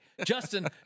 Justin